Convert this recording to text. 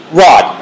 rod